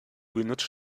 benutzt